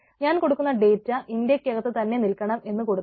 ഞാൻ കൊടുക്കുന്ന ഡേറ്റാ ഇന്ത്യക്കകത്ത് തന്നെ നിൽക്കണം എന്ന് കൊടുക്കാം